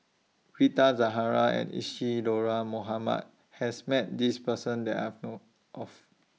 Rita Zahara and Isadhora Mohamed has Met This Person that I've know of